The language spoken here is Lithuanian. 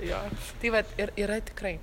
jo tai vat ir yra tikrai